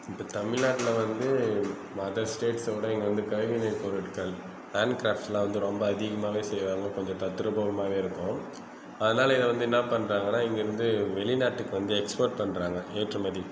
இப்போ தமிழ்நாட்டில் வந்து அதர் ஸ்டேட்ஸோட இங்கே வந்து கைவினைப் பொருட்கள் ஹாண்ட் க்ராஃப்ட்ஸெலாம் வந்து ரொம்ப அதிகமாகவே செய்கிறாங்க கொஞ்சம் தத்ரூபமாகவே இருக்கும் அதனால் இதை வந்து என்ன பண்றாங்கன்னால் இங்கேருந்து வெளிநாட்டுக்கு வந்து எக்ஸ்போர்ட் பண்ணுறாங்க ஏற்றுமதி